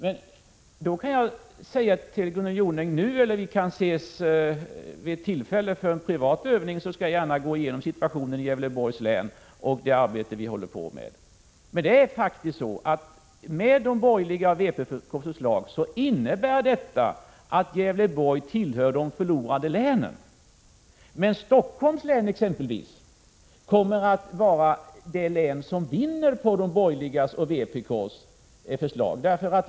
Fru talman! Jag skall gärna vid något tillfälle gå igenom situationen i Gävleborgs län med fru Jonäng och redogöra för det arbete som vi håller på med där. Det är faktiskt så att de borgerligas och vpk:s förslag innebär att Gävleborgs län kommer att tillhöra de förlorande länen. Stockholms län däremot kommer att vinna på de borgerligas och vpk:s förslag.